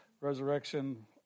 resurrection